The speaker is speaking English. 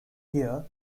here